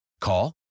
Call